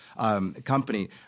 company